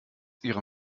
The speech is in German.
ihrer